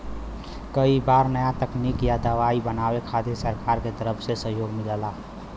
कई बार नया तकनीक या दवाई बनावे खातिर सरकार के तरफ से सहयोग मिलला